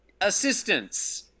assistance